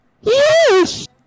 Yes